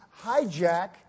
hijack